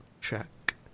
check